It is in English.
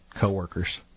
coworkers